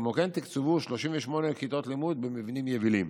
כמו כן תוקצבו 38 כיתות לימוד במבנים יבילים.